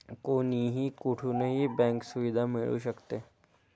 कोणीही कुठूनही बँक सुविधा मिळू शकते